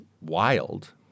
wild